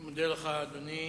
אני מודה לך, אדוני.